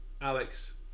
Alex